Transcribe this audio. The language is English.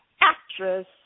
actress